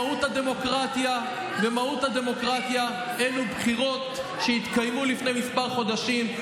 ומהות הדמוקרטיה היא בחירות שהתקיימו לפני כמה חודשים,